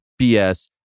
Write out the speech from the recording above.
BS